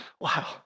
Wow